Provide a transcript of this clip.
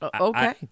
Okay